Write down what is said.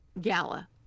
gala